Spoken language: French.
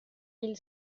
mille